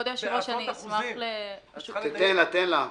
כבוד היושב-ראש, אני אשמח --- תן לה, תן לה.